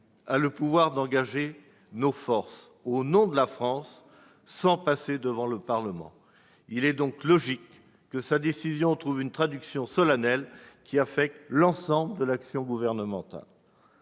a le pouvoir d'engager nos forces, au nom de la France, sans passer devant le Parlement. Il est donc logique que sa décision trouve une traduction solennelle impliquant l'ensemble de l'action gouvernementale.